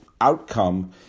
outcome